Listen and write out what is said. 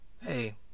hey